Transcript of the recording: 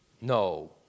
No